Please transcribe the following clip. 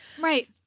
Right